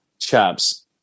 chaps